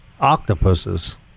Octopuses